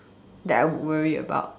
that I would worry about